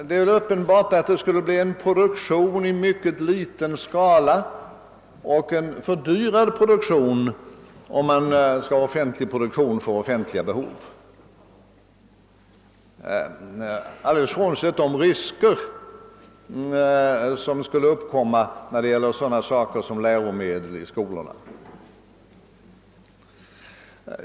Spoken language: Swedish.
Det är uppenbart att det skulle bli fråga om fördyrad produktion i mycket liten skala, om offentliga behov skall tillgodoses genom offentlig produktion, alldeles bortsett från de risker som skulle uppkomma när det gäller t.ex. läromedel för skolorna.